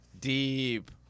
deep